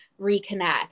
reconnect